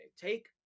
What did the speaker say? take